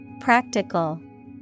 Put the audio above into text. Practical